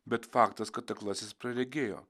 bet faktas kad aklasis praregėjo